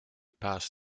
pass